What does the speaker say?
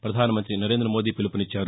ప్రపధానమంతి నరేంద్ర మోదీ పిలుపునిచ్చారు